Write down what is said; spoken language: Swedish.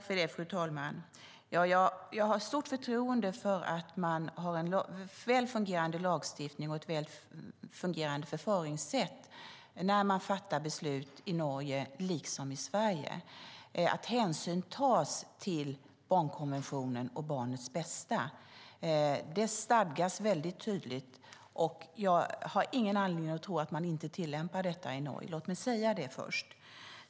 Fru talman! Jag har stort förtroende för att man har en väl fungerande lagstiftning och ett väl fungerande förfaringssätt när man fattar beslut i Norge, liksom som i Sverige, och att hänsyn tas till barnkonventionen och barnets bästa. Detta stadgas tydligt, och jag har ingen anledning att tro att man inte tillämpar detta i Norge. Låt mig säga detta först.